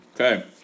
Okay